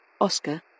Oscar